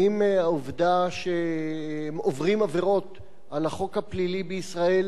האם העובדה שהם עוברים עבירות על החוק הפלילי בישראל